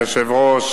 אדוני היושב-ראש,